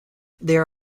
there